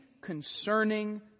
concerning